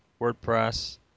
WordPress